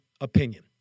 opinion